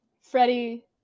Freddie